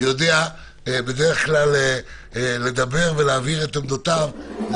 שיודע בדרך כלל לדבר ולהבהיר את עמדותיו זה